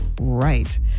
Right